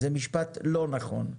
זה משפט לא נכון.